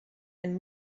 and